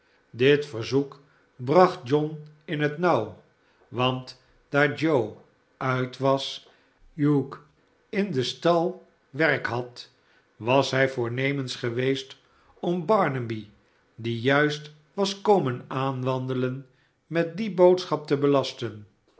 dit verzoek bracht john in het nauw want daar joe uit was en hugh in den tal werk had was hij voornemens geweest om barnaby die juist was komen aanwandelen met die boodschap te belasten